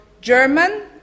German